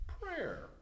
prayer